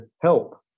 Help